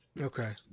Okay